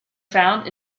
found